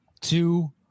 two